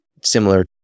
similar